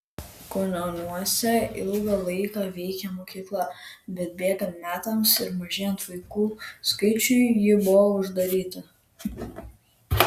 kunioniuose ilgą laiką veikė mokykla bet bėgant metams ir mažėjant vaikų skaičiui ji buvo uždaryta